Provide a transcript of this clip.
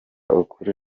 ukuri